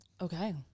Okay